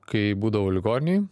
kai būdavau ligoninėj